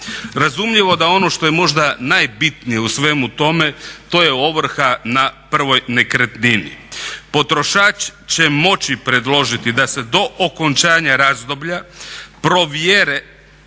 Razumljivo da ono što je možda najbitnije u svemu tome to je ovrha na prvoj nekretnini. Potrošač će moći predložiti da se do okončanja razdoblja provjere